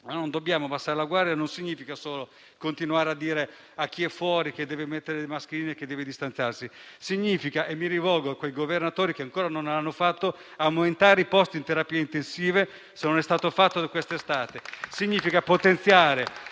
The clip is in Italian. non dobbiamo abbassare la guardia, il che non significa solo continuare a dire a chi è fuori che deve mettere le mascherine e che deve distanziarsi. Significa - e mi rivolgo a quei governatori che ancora non lo hanno fatto - aumentare i posti in terapia intensiva, se non è stato fatto questa estate. Significa potenziare,